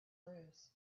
bruise